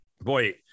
boy